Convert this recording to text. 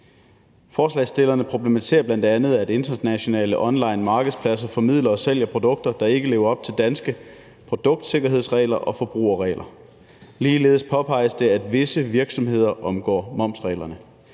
Forslagsstillerne problematiserer bl.a., at internationale online markedspladser formidler og sælger produkter, der ikke lever op til danske produktsikkerhedsregler og forbrugerregler. Ligeledes påpeges det, at visse virksomheder omgår momsreglerne.